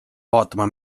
vaatama